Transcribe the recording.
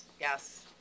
Yes